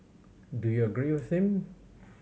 do you agree with him